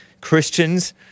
Christians